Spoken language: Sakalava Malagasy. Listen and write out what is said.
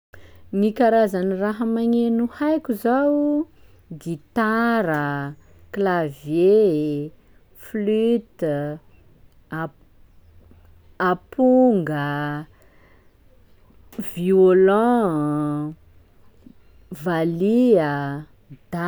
Gny karazan'ny raha magneno haiko zao: gitara, klavie, fluite, a- amponga, violon, valiha, da-.